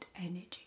energy